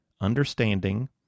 understanding